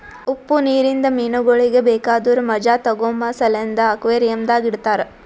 ಉಪ್ಪು ನೀರಿಂದ ಮೀನಗೊಳಿಗ್ ಬೇಕಾದುರ್ ಮಜಾ ತೋಗೋಮ ಸಲೆಂದ್ ಅಕ್ವೇರಿಯಂದಾಗ್ ಇಡತಾರ್